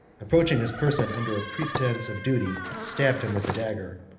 approaching his person under a presence of duty, stabbed him with a dagger.